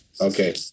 Okay